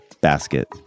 basket